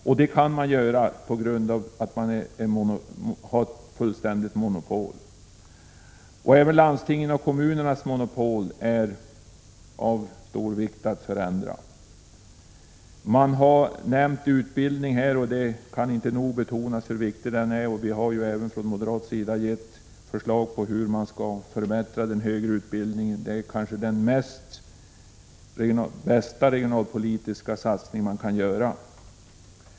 Så kan man göra när man har ett fullständigt monopol. Även landstingens och kommunernas monopol är det av stor vikt att förändra. Utbildningen har nämnts här, och det kan inte nog betonas hur viktig den är. Från moderat sida har vi ju även gett förslag på hur den högre utbildningen skall förbättras. Detta är kanske den bästa regionalpolitiska satsning man kan göra.